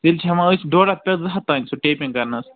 تیٚلہِ چھِ ہٮ۪وان أسۍ ڈۄڈ ہَتھ پٮ۪ٹھ زٕ ہَتھ تانۍ سُہ ٹیٚپنٛگ کَرنس